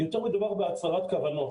ומדובר יותר על הצהרת כוונות.